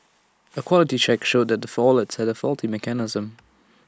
A quality check showed the wallets had A faulty mechanism